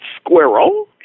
squirrel